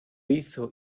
hizo